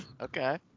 Okay